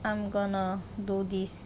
I'm gonna do this